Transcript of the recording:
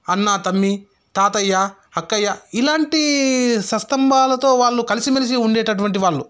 అన్న తమ్మి తాతయ్య అక్కయ్య ఇలాంటి సత్సంబంధాలు వాళ్ళు కలిసిమెలిసి ఉండేటటువంటి వాళ్ళు